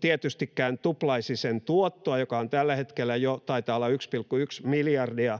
tietystikään tuplasi sen tuottoa, joka tällä hetkellä taitaa olla jo 1,1 miljardia